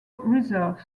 reserve